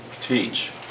teach